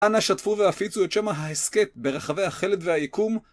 אנא שתפו והפיצו את שם ההסכת ברחבי החלד והיקום.